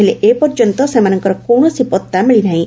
ହେଲେ ଏପର୍ଯ୍ୟନ୍ତ ସେମାନଙ୍କର କୌଣସି ପତ୍ତା ମିଳି ନାହିଁ